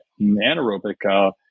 anaerobic